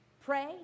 pray